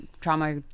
trauma